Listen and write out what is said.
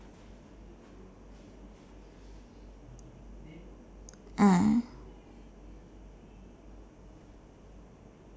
ah